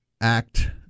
act